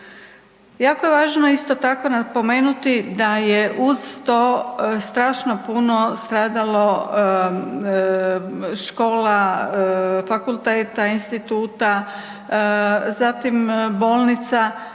Jako je važno isto tako napomenuti da je uz to strašno puno stradalo škola, fakulteta, instituta, zatim bolnica